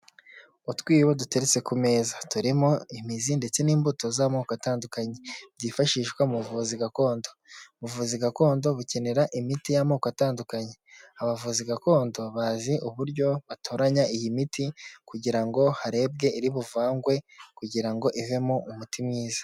Utwibo duteretse ku meza, turimo imizi ndetse n'imbuto z'amoko atandukanye byifashishwa mu buvuzi gakondo, ubuvuzi gakondo bukenera imiti y'amoko atandukanye, abavuzi gakondo bazi uburyo batoranya iyi miti kugira ngo harebwe iri buvangwe kugira ngo ivemo umuti mwiza.